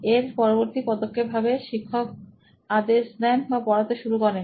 এর পরবর্তী পদক্ষেপ হবে শিক্ষক আদেশ দেন বা পড়াতে শুরু করেন